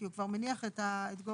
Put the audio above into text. כי הוא כבר מניח את גובה,